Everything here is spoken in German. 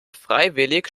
freiwillig